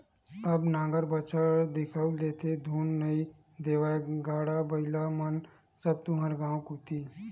अब नांगर बखर दिखउल देथे धुन नइ देवय गाड़ा बइला मन सब तुँहर गाँव कोती